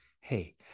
hey